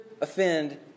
offend